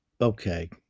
Okay